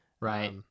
right